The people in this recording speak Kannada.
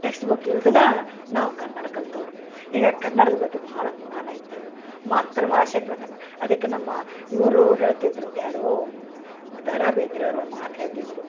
ಟೆಕ್ಸ್ಟ್ಬುಕ್ ಇಲ್ದೆನೇ ನಾವು ಕನ್ನಡ ಕಲಿತವ್ರು ಹಿಂಗಾಗಿ ಕನ್ನಡದ ಬಗ್ಗೆ ಭಾಳ ಅಭಿಮಾನ ಇದ್ದವರು ಮಾತೃಭಾಷೆ ಪ್ರಥಮ ಅದಕ್ಕೆ ನಮ್ಮ ಇವ್ರು ಹೇಳ್ತಿದ್ದರು ಯಾರು ದ ರಾ ಬೇಂದ್ರೆ ಅವ್ರು ಒಂದು ಮಾತು ಹೇಳ್ತಿದ್ದರು